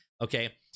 Okay